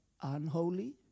unholy